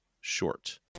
short